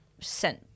sent